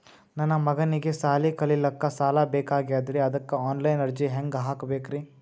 ನನ್ನ ಮಗನಿಗಿ ಸಾಲಿ ಕಲಿಲಕ್ಕ ಸಾಲ ಬೇಕಾಗ್ಯದ್ರಿ ಅದಕ್ಕ ಆನ್ ಲೈನ್ ಅರ್ಜಿ ಹೆಂಗ ಹಾಕಬೇಕ್ರಿ?